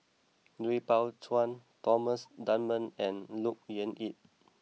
Lui Pao Chuen Thomas Dunman and Look Yan Kit